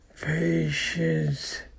patience